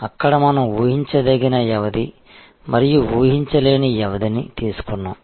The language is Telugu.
అక్కడ మనం ఊహించదగిన వ్యవధి మరియు ఊహించలేని వ్యవధి ని తీసుకున్నాం